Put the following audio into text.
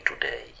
today